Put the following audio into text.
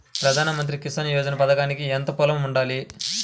ప్రధాన మంత్రి కిసాన్ యోజన పథకానికి ఎంత పొలం ఉండాలి?